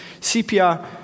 CPR